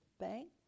bank